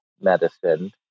medicine